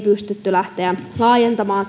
pystytty lähtemään laajentamaan